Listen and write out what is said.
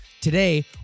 Today